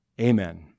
Amen